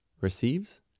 receives